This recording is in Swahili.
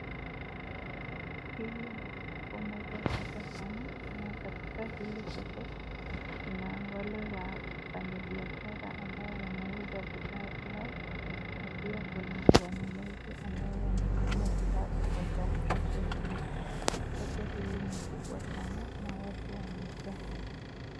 Hili ni soko moja kubwa sana na katika hili soko kuna wale wafanyi biashara ambao wanauza bidhaa zao na pia kuna wanunuzi ambao wananunua bidhaa kutoka soko hili. Soko hili ni kubwa sana na watu wamejaa.